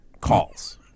calls